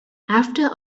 after